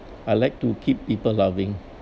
I like to keep people laughing